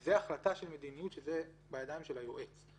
זו החלטה של מדיניות, והיא בידיים של היועץ.